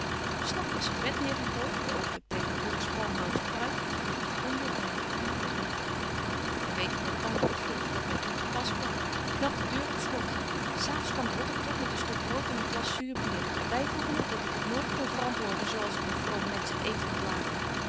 snap myn servet neêr gegooit by ongeluk tegen broeders palmhoute pruik en het onweer op myne kamer ontbetje wolff en aagje deken historie van mejuffrouw sara burgerhart weken gy weet ik ben tamelyk vlug dat my toen te pas kwam knap de deur op slot s avonds kwam de hottentot met een stuk brood en een glas zuur bier er by voegende dat ik het nooit kon verantwoorden zo als ik een vroom mensch evel plaagde